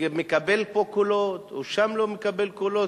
מקבל פה קולות או שם לא מקבל קולות,